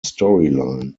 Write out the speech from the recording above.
storyline